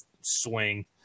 swing